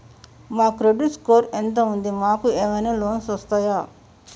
మా credit score ఎంత ఉంది? మాకు ఏమైనా లోన్స్ వస్తయా?